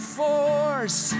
force